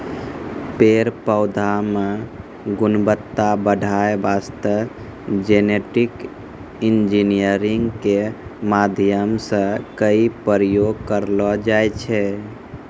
पेड़ पौधा मॅ गुणवत्ता बढ़ाय वास्तॅ जेनेटिक इंजीनियरिंग के माध्यम सॅ कई प्रयोग करलो जाय छै